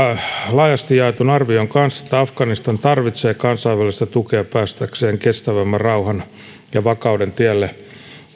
laajasti jaetun arvion kanssa että afganistan tarvitsee kansainvälistä tukea päästäkseen kestävämmän rauhan ja vakauden tielle